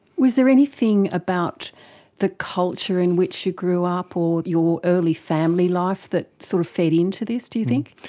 was there anything about the culture in which you grew up or your early family life that sort of fed into this, do you think?